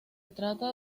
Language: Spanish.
trata